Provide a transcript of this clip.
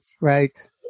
Right